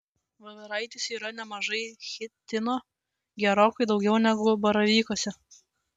voveraitėse yra nemažai chitino gerokai daugiau negu baravykuose